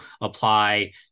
apply